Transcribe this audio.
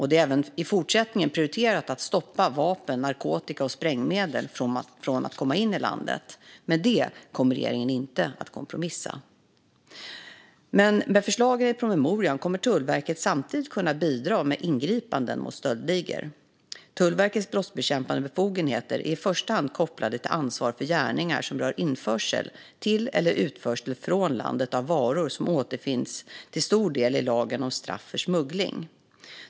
Det är även i fortsättningen prioriterat att stoppa vapen, narkotika och sprängmedel från att komma in i landet. Med det kommer den här regeringen inte att kompromissa. Men med förslagen i promemorian kommer Tullverket samtidigt att kunna bidra med ingripanden mot stöldligor. Tullverkets brottsbekämpande befogenheter är i första hand kopplade till ansvar för gärningar som rör införsel till eller utförsel från landet av varor som återfinns till stor del i lagen om straff för smuggling.